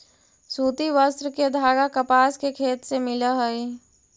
सूति वस्त्र के धागा कपास के खेत से मिलऽ हई